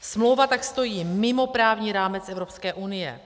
Smlouva tak stojí mimo právní rámec Evropské unie.